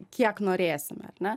kiek norėsime ar ne